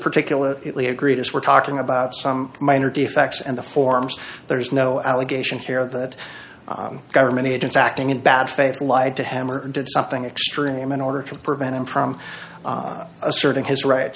particular agreed as we're talking about some minor defects and the forms there's no allegation here that government agents acting in bad faith lied to him or did something extreme in order to prevent him from asserting his right